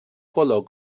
color